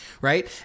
right